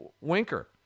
Winker